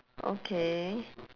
okay